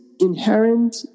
Inherent